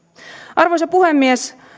arvoisa puhemies